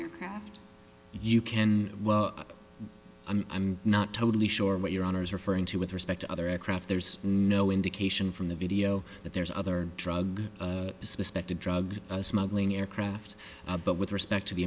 your craft you can well i'm not totally sure what your honour's referring to with respect to other aircraft there's no indication from the video that there's other drug suspect a drug smuggling aircraft but with respect to the